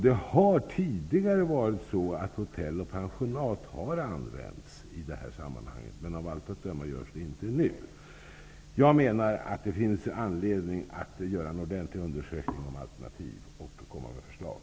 Man har tidigare använt hotell och pensionat i detta sammanhang, men av allt att döma görs det inte längre. Jag menar att det finns anledning att göra en ordentlig undersökning kring alternativ och komma med förslag.